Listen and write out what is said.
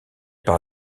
par